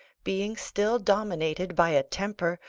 being still dominated by a temper,